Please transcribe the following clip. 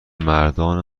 مردان